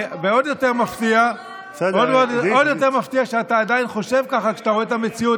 ועוד יותר מפתיע שאתה עדיין חושב ככה כשאתה רואה את המציאות,